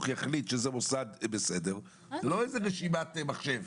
יחליט שזה מוסד שהוא בסדר ולא איזו רשימת מחשב.